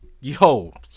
yo